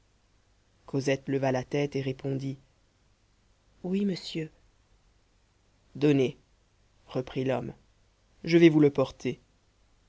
cosette leva la tête et répondit oui monsieur donnez reprit l'homme je vais vous le porter